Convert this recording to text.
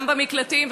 גם במקלטים,